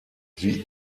sie